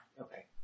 Okay